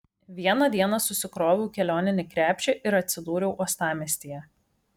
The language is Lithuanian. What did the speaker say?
vieną dieną susikroviau kelioninį krepšį ir atsidūriau uostamiestyje